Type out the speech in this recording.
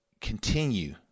continue